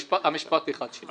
משפט אחד שלי.